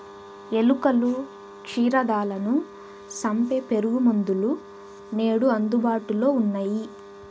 ఎలుకలు, క్షీరదాలను సంపె పురుగుమందులు నేడు అందుబాటులో ఉన్నయ్యి